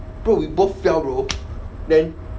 bro we both fell bro then